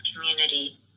community